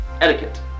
etiquette